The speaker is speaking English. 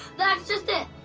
that's just it,